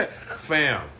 Fam